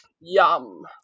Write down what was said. Yum